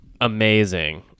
amazing